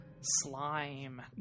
slime